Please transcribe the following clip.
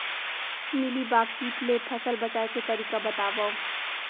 Mealybug kit ले फसल बचाए के तरीका बतावव?